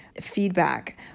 feedback